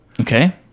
Okay